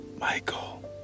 Michael